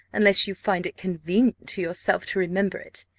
unless you find it convenient to yourself to remember it,